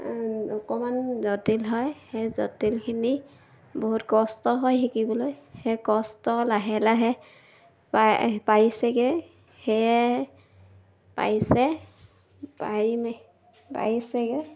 অকণমান জটিল হয় সেই জটিলখিনি বহুত কষ্ট হয় শিকিবলৈ সেই কষ্ট লাহে লাহে পাই পাৰিছেগৈ সেয়ে পাৰিছে পাৰিমে পাৰিছেগৈ